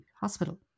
hospital